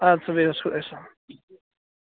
اَدٕ سا بِہِو حظ خۄدایَس حَوال